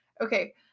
Okay